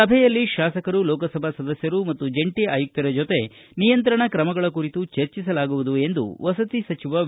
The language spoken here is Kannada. ಸಭೆಯಲ್ಲಿ ಶಾಸಕರು ಲೋಕಸಭಾ ಸದಸ್ಯರು ಮತ್ತು ಜಂಟಿ ಆಯುಕ್ತರ ಜೊತೆ ನಿಯಂತ್ರಣ ತ್ರಮಗಳ ಕುರಿತು ಚರ್ಚಿಸಲಾಗುವುದು ಎಂದು ವಸತಿ ಸಚಿವ ವಿ